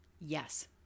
Yes